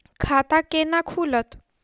खाता केना खुलत?